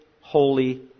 holy